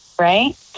right